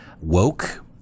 woke